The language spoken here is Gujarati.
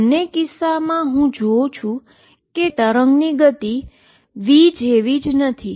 બંને કિસ્સાઓમાં હું જોઉં છું કે વેવની સ્પીડ vparticle જેવી જ નથી